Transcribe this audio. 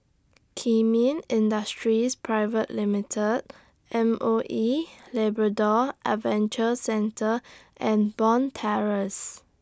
Kemin Industries Private Limited M O E Labrador Adventure Centre and Bond Terrace